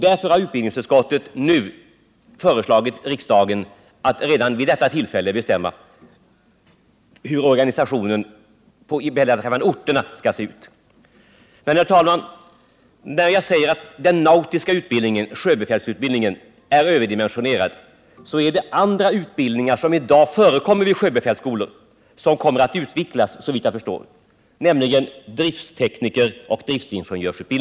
Därför har utbildningsutskottet föreslagit riksdagen att redan nu bestämma hur organisationen beträffande orterna skall se ut. Herr talman! När jag säger att den nautiska utbildningen, sjöbefälsutbildningen, är överdimensionerad menar jag att det är andra utbildningar som i dag förekommer vid sjöbefälsskolorna som kommer att utvecklas, nämligen utbildningen av drifttekniker och driftingenjörer.